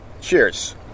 Cheers